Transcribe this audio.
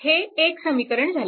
हे एक समीकरण झाले